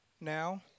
Now